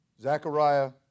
Zechariah